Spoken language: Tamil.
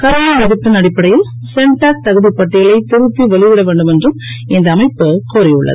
கருணை மதிப்பெண் அடிப்படையில் சென்டாக் தகுதிப் பட்டியலை திருத்தி வெளியிட வேண்டுமென்றும் இந்த அமைப்பு கோரியுள்ளது